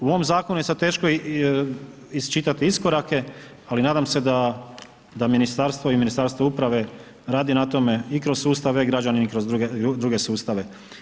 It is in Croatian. U ovom zakonu je sad teško iščitati iskorake, ali nadam se da ministarstvo i Ministarstvo uprave radi na tome i kroz sustav e-Građanin i kroz druge sustave.